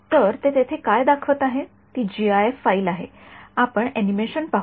तर ते येथे काय दाखवत आहेत ती जीआयएफ फाइल आहे आपण एनिमेशन पाहू